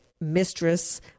mistress